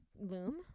Loom